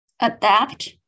adapt